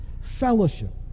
fellowship